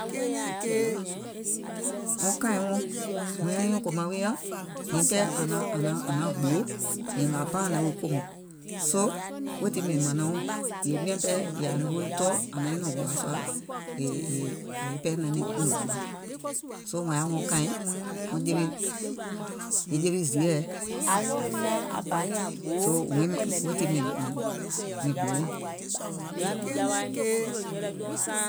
Wɔŋ kàìŋ wɔŋ, wuŋ anyuùŋ kòmaŋ wi nyàŋ àŋ naŋ àŋ naŋ àŋ naŋ gbòò yèè ngàà paŋ àŋ naŋ wi kòmò, soo weètii mìŋ mànàŋ wuùŋ, yèè miàŋ pɛɛ yèè ȧŋ naŋ wi tɔɔ̀ àŋ naiŋ nɔ̀ɔ̀ŋ gbòà sùà, yèè, yèè yàwi pɛɛ naŋ niŋ kùùnɔ bòa. Soo wɔ̀ŋ yaà wɔŋ kàìŋ wɔŋ je wi, e je wi zììɛ, soo wɔiŋ weètii mìŋ gbòò wuùŋ.